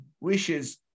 wishes